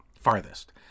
farthest